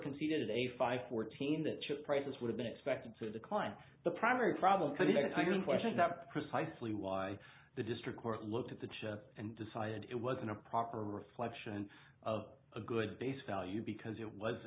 conceded a five fourteen that chip prices would have been expected to decline the primary problem because i don't question that precisely why the district court looked at the chip and decided it wasn't a proper reflection of a good base value because it was